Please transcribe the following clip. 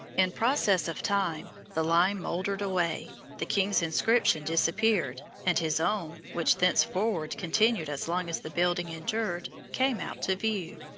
in process of time the lime moldered away, the king's inscription disappeared, and his own, which thenceforward continued as long as the building endured, came out to view.